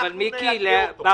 אנחנו נייקר אותו.